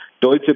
Deutsche